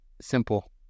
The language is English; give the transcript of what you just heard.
simple